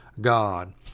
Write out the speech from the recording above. God